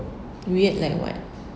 weird like what